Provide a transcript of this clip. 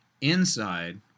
inside